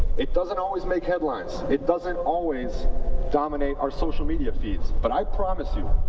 it doesn't always make headlines. it doesn't always dominate our social media feeds. but i promise you,